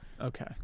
Okay